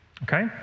Okay